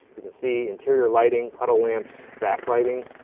you can see interior lighting, puddle lamps, back lighting.